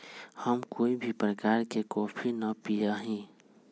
हम कोई भी प्रकार के कॉफी ना पीया ही